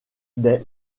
des